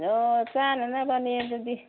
ꯑꯣ ꯆꯥꯅꯅꯕꯅꯦ ꯑꯗꯨꯗꯤ